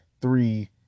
three